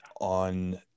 on